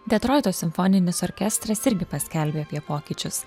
detroito simfoninis orkestras irgi paskelbė apie pokyčius